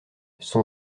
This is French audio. son